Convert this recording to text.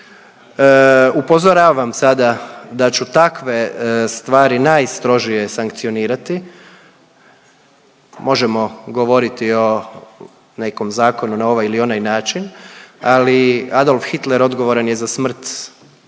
Upozoravam sada da ću takve stvari najstrožije sankcionirati. Možemo govoriti o nekom zakonu na ovaj ili onaj način, ali Adolf Hitler odgovoran je za smrt